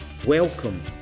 welcome